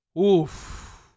Oof